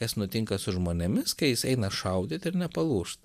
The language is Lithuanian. kas nutinka su žmonėmis kai jis eina šaudyt ir nepalūžta